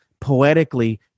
Poetically